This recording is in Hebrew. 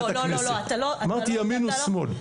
אמרתי ימין ושמאל.